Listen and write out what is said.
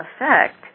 effect